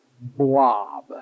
blob